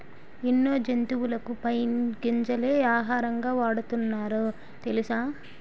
ఎన్నో జంతువులకు పైన్ గింజలే ఆహారంగా వాడుతున్నారు తెలుసా?